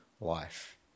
life